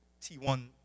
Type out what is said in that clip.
T1